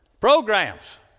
programs